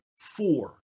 four